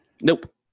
Nope